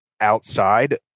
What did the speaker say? outside